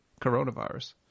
coronavirus